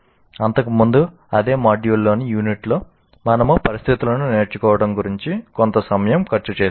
అంతకుముందు అదే మాడ్యూల్లోని యూనిట్లో మనము పరిస్థితులను నేర్చుకోవడం గురించి కొంత సమయం ఖర్చు చేశాము